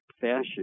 fashion